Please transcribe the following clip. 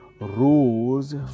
Rules